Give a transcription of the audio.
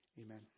Amen